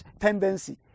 tendency